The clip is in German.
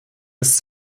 ist